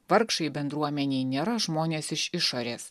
vargšai bendruomenėje nėra žmonės iš išorės